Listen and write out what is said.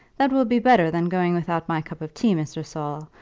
that will be better than going without my cup of tea, mr. saul,